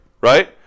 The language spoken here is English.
right